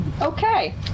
Okay